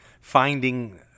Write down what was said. finding